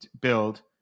build